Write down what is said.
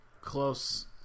close